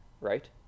Right